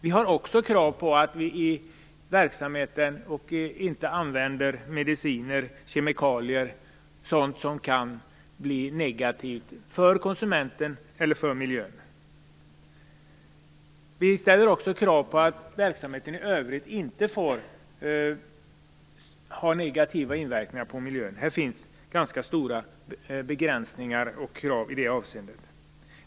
Vi ställer krav på att man i verksamheten inte använder mediciner, kemikalier och annat som kan bli negativt för konsumenten eller för miljön. Vi ställer också krav på att verksamheten i övrigt inte får ha negativa inverkningar på miljön. Det finns ganska stora begränsningar och krav i det avseendet.